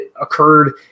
occurred